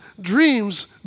dreams